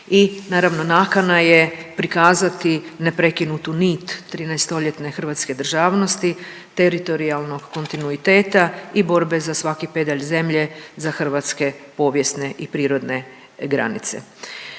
I naravno nakana je prikazati neprekinutu nit 13 stoljetne hrvatske državnosti, teritorijalnog kontinuiteta i borbe za svaki pedalj zemlje za hrvatske povijesne i prirodne granice.